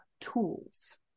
tools